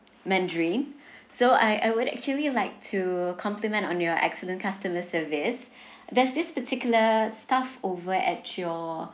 mandarin so I I would actually like to compliment on your excellent customer service there's this particular staff over at your